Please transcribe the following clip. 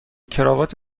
کراوات